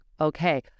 okay